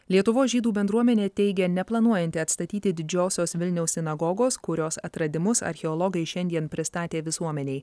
lietuvos žydų bendruomenė teigia neplanuojanti atstatyti didžiosios vilniaus sinagogos kurios atradimus archeologai šiandien pristatė visuomenei